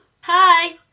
Hi